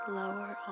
lower